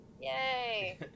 yay